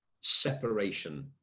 separation